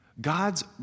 God's